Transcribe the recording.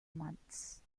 months